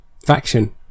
faction